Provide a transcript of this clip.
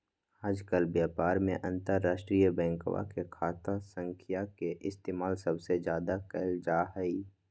आजकल व्यापार में अंतर्राष्ट्रीय बैंकवा के खाता संख्या के इस्तेमाल सबसे ज्यादा कइल जाहई